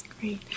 Great